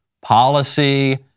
policy